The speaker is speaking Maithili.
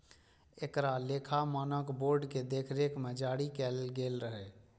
एकरा लेखा मानक बोर्ड के देखरेख मे जारी कैल गेल रहै